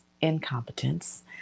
incompetence